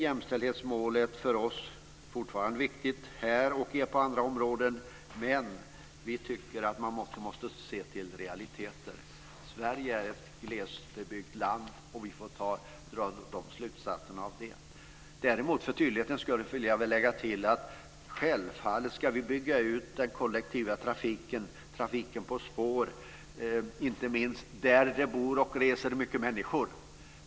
Jämställdhetsmålet är fortfarande viktigt för oss här och på andra områden, men vi tycker att man måste se till realiteterna. Sverige är ett glesbebyggt land och vi får dra de riktiga slutsatserna av det. Däremot vill jag för tydlighetens skull lägga till att vi självfallet också ska bygga ut den kollektiva trafiken, trafiken på spår, inte minst där det bor och reser mycket människor.